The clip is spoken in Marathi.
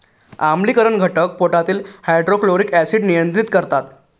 आम्लीकरण घटक पोटातील हायड्रोक्लोरिक ऍसिड नियंत्रित करतात